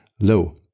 low